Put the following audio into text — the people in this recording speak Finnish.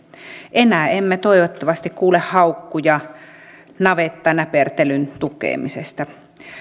enää emme toivottavasti kuule haukkuja navettanäpertelyn tukemisesta